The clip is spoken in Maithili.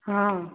हँ